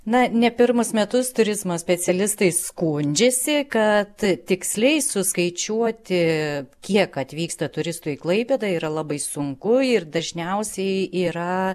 na ne pirmus metus turizmo specialistai skundžiasi kad tiksliai suskaičiuoti kiek atvyksta turistų į klaipėdą yra labai sunku ir dažniausiai yra